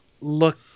look